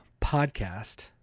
podcast